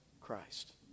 Christ